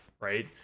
right